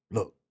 Look